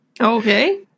Okay